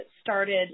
started